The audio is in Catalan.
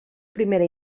primera